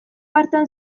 hartan